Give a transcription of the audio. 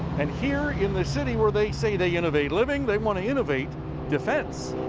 and here in the city where they say they innovate living, they want to innovate defense.